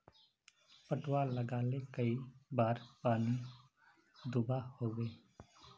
पटवा लगाले कई बार पानी दुबा होबे?